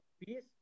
peace